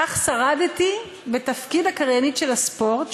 כך שרדתי בתפקיד הקריינית של הספורט,